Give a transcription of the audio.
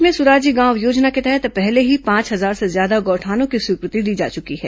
प्रदेश में सुराजी गांव योजना के तहत पहले ही पांच हजार से ज्यादा गौठानों की स्वीकृति दी जा चुकी है